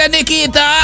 Nikita